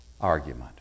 Argument